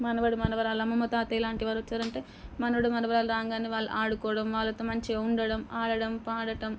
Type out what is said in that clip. మనవడు మనవరాళ్లు అమ్మమ్మ తాతయ్య లాంటి వాళ్ళు వొచ్చారంటే మనవడు మనవరాలు రాగానే వాళ్ళు ఆడుకోవడం వాళ్ళతో మంచిగా ఉండడం ఆడడం పాడడం